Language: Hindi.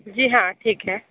जी हाँ ठीक है